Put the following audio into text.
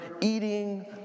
eating